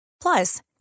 Plus